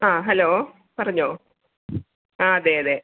ആ ഹലോ പറഞ്ഞോ ആ അതെ അതെ